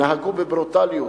נהגו בברוטליות,